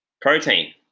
Protein